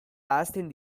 ahazten